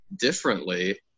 differently